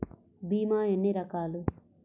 భీమ ఎన్ని రకాలు?